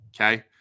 Okay